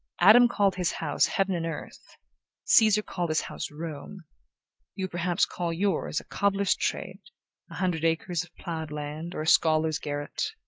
adam called his house, heaven and earth caesar called his house, rome you perhaps call yours, a cobler's trade a hundred acres of ploughed land or a scholar's garret.